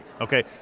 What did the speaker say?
Okay